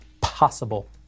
possible